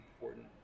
important